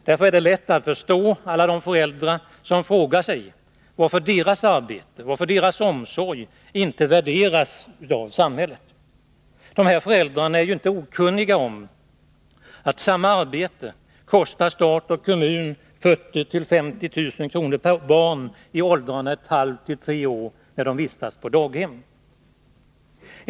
Därför är det lätt att förstå alla de föräldrar som frågar sig varför deras arbete och omsorg inte värderas av samhället. De här föräldrarna är inte okunniga om att samma arbete kostar stat och kommun 40 000-50 000 kr. per barn i åldrarna 1/2-3 år när de vistas på daghem.